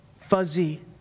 Fuzzy